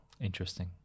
Interesting